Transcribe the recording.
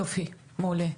יופי, מעולה.